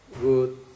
good